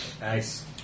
Nice